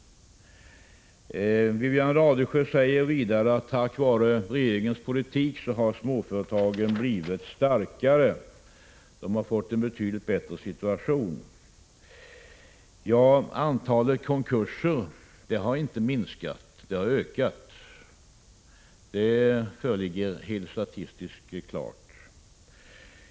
Wivi-Anne Radesjö säger vidare att småföretagen tack vare regeringens politik har blivit starkare och fått en betydligt bättre situation. Ja, men antalet konkurser har inte minskat utan ökat — det är statistiskt helt klart.